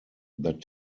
that